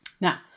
Now